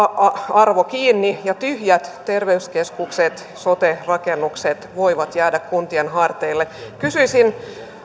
arvo kiinni ja tyhjät terveyskeskukset sote rakennukset voivat jäädä kuntien harteille kysyisin